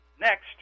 Next